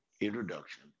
introduction